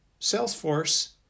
Salesforce